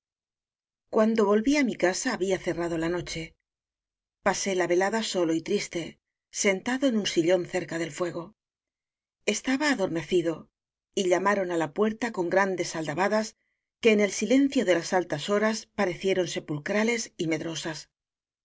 cuando volví á mi casa había cerrado la noche pasé la velada solo y triste sentado en un sillón cerca del fuego estaba adorme cido y llamaron á la puerta con grandes al dabadas que en el silencio de las altas horas parecieron sepulcrales y medrosas